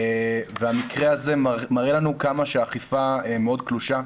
והמקרה הזה מראה לנו כמה שהאכיפה מאוד קלושה.